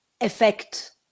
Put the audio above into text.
effect